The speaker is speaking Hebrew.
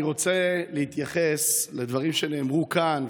אני רוצה להתייחס לדברים שנאמרו כאן,